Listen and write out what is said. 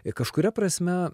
ir kažkuria prasme